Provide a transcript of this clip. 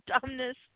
dumbness